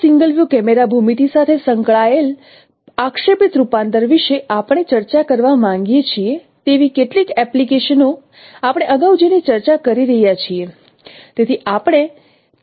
આ single view camera ભૂમિતિ સાથે સંકળાયેલ આક્ષેપિત રૂપાંતર વિશે આપણે ચર્ચા કરવા માંગીએ છીએ તેવી કેટલીક એપ્લિકેશનો આપણે અગાઉ જેની ચર્ચા કરી રહ્યા છીએ